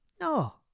no